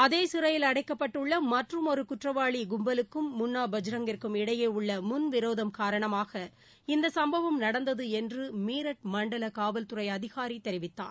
அதே சிறையில் அடைக்கப்பட்டுள்ள மற்றமொரு குற்றவாளி கும்பலுக்கும் முன்னா பஜ்ரங்கிக்கும் இடையே உள்ள முன்விரோதம் காரணமாக இந்த சும்பவம் நடந்தது என்று மீரட் மண்டல காவல்துறை அதிகாரி தெரிவித்தார்